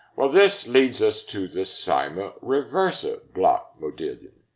well, this leads us to the cyma reversa block modillion.